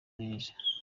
neza